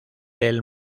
del